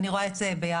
אני רואה את זה ביחד,